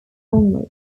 language